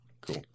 Cool